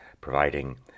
providing